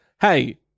hey